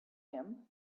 him